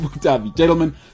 Gentlemen